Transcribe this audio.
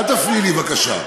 אל תפריעי לי בבקשה.